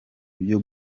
byo